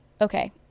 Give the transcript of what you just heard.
okay